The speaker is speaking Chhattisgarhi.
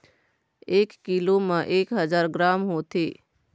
एक कीलो म एक हजार ग्राम होथे